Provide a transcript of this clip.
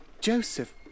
Joseph